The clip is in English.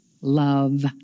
love